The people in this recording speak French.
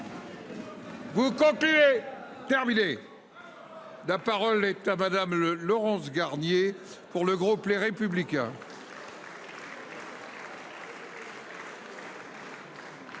Vous comptez terminé. De la parole est à madame Le Laurence Garnier pour le groupe Les Républicains.